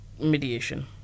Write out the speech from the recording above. mediation